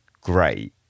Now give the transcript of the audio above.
great